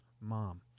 mom